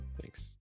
Thanks